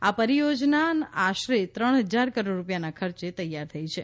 આ પરિયોજના આશરે ત્રણ હજાર કરોડ રૂપિયાના ખર્ચે તૈયાર થઈ છે